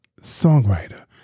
songwriter